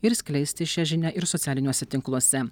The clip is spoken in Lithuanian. ir skleisti šią žinią ir socialiniuose tinkluose